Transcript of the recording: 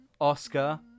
Oscar